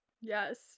yes